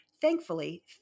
Thankfully